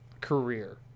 career